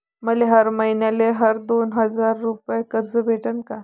मले हर मईन्याले हर दोन हजार रुपये कर्ज भेटन का?